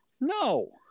No